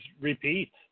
repeat